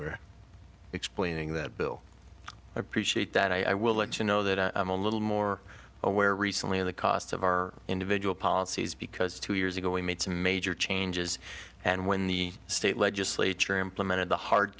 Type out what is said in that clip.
were explaining that bill i appreciate that i will let you know that i'm a little more aware recently of the cost of our individual policies because two years ago we made some major changes and when the state legislature implemented the hard